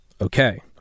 Okay